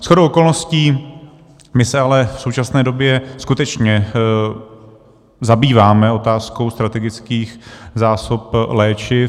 Shodou okolností se ale v současné době skutečně zabýváme otázkou strategických zásob léčiv.